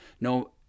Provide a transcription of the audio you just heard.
No